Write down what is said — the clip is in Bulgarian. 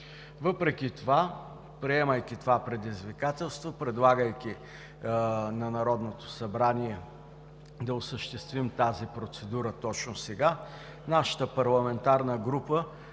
Въпреки това, приемайки това предизвикателство, предлагайки на Народното събрание да осъществим тази процедура точно сега, нашата парламентарна група